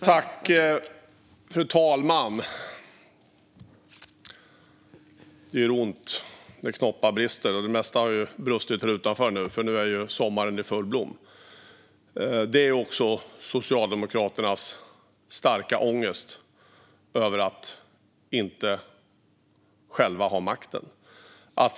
Fru talman! Det gör ont när knoppar brister. Det mesta har brustit här utanför, för nu är sommaren i full blom. Men även Socialdemokraterna har ont i sin starka ångest över att inte själva ha makten.